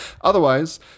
Otherwise